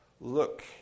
Look